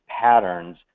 patterns